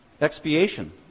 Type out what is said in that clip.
Expiation